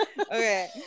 Okay